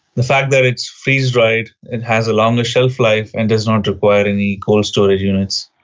the fact that it's freeze-dried, it has a longer shelf life and does not require any cold storage units,